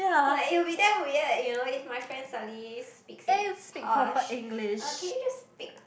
like it will be damn weird you know if my friend suddenly speaks in posh uh can you just speak